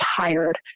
tired